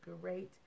great